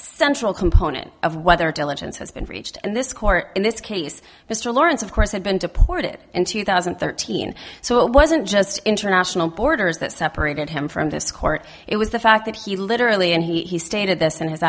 central component of whether diligence has been breached and this court in this case mr lawrence of course had been deported in two thousand and thirteen so it wasn't just international borders that separated him from this court it was the fact that he literally and he stated this in his